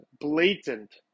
blatant